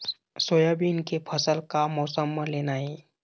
Soybean के फसल का मौसम म लेना ये?